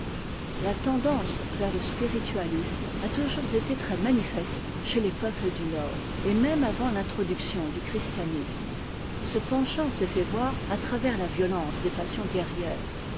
la tendance vers le spiritualisme a toujours été très manifeste chez les peuples du nord et même avant l'introduction du christianisme ce penchant s'est fait voir à travers la violence des passions guerrières